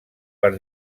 per